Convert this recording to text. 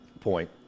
point